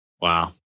Wow